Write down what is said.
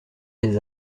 des